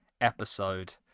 episode